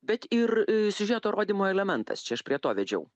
bet ir siužeto rodymo elementas čia aš prie to vedžiau